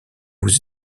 aux